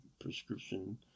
prescription